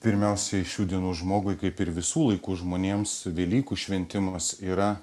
pirmiausiai šių dienų žmogui kaip ir visų laikų žmonėms velykų šventimas yra